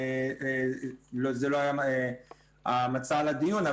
וגם זה לא היה המצע לדיון.